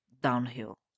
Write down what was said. downhill